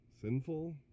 sinful